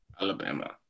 Alabama